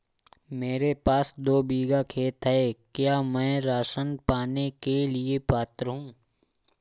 मेरे पास दो बीघा खेत है क्या मैं राशन पाने के लिए पात्र हूँ?